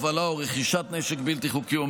הובלה או רכישת נשק בלתי חוקי,